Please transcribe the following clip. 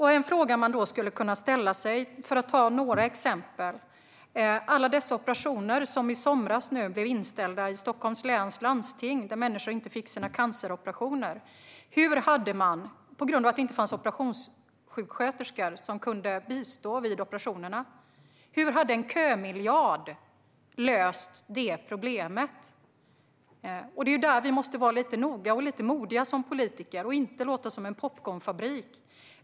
I somras blev många operationer inställda i Stockholms läns landsting. Människor fick inte sina canceroperationer genomförda eftersom det inte fanns operationssjuksköterskor som kunde bistå vid operationerna. Hur hade en kömiljard löst detta problem? Här måste vi som politiker vara lite noga och modiga och inte låta som en popcornfabrik.